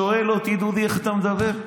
שואל אותי: דודי, איך אתה מדבר?